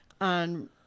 on